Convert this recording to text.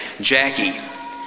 Jackie